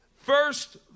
first